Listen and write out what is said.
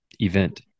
event